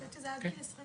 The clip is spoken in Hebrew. אני חושבת שזה עד גיל 21